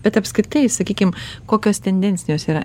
bet apskritai sakykim kokios tendencijos yra